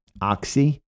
Oxy